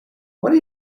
what